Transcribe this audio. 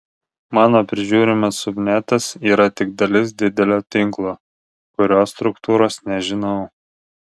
mano prižiūrimas subnetas yra tik dalis didelio tinklo kurio struktūros nežinau